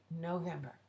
November